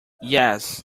yes